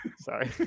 Sorry